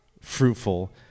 fruitful